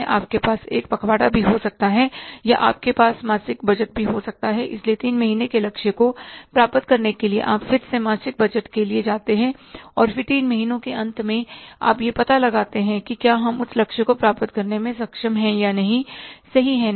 आपके पास एक पखवाड़ा भी हो सकता है या आपके पास मासिक बजट भी हो सकता है इसलिए तीन महीने के लक्ष्य को प्राप्त करने के लिए आप फिर से मासिक बजट के लिए जाते हैं और फिर तीन महीने के अंत में आप यह पता लगा सकते हैं कि क्या हम उस लक्ष्य को प्राप्त करने में सक्षम हैं या नहीं सही है ना